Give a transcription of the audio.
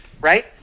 right